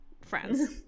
friends